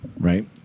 right